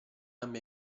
abbia